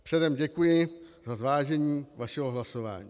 Předem děkuji za zvážení vašeho hlasování.